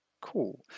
Cool